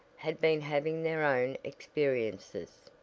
had been having their own experiences.